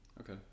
Okay